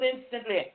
instantly